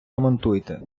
ремонтуйте